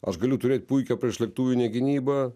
aš galiu turėt puikią priešlėktuvinę gynybą